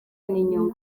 n’inyungu